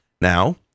Now